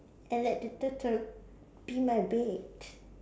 and let the turtle be my bed